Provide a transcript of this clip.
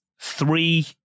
Three